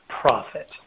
profit